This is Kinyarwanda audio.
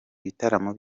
bitaramo